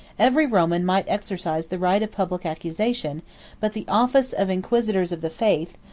every roman might exercise the right of public accusation but the office of inquisitors of the faith,